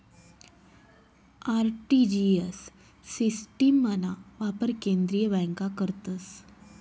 RTGS सिस्टिमना वापर केंद्रीय बँका करतस